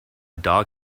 dog